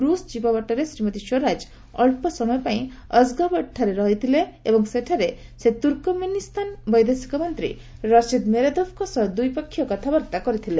ରୁଷ ଯିବା ବାଟରେ ଶ୍ରୀମତୀ ସ୍ୱରାଜ ଅଳ୍ପ ସମୟ ପାଇଁ ଅସ୍ଗାବଟ୍ଠାରେ ରହିଥିଲେ ଏବଂ ସେଠାରେ ସେ ତୁର୍କମେନିସ୍ତାନ ବୈଦେଶିକ ମନ୍ତ୍ରୀ ରସିଦ୍ ମେରେଦୋଭ୍ଙ୍କ ସହ ଦ୍ୱିପକ୍ଷିୟ କଥାବାର୍ତ୍ତା କରିଥିଲେ